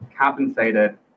compensated